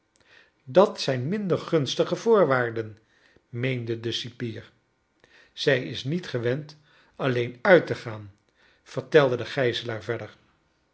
dat zijn minder gunstige voorwaarden meende de cipier zij is niet gewend alleen uit te gaan vertelde de gijzelaar verder